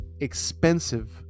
expensive